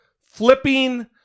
flipping